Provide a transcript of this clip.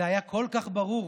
זה היה כל כך ברור,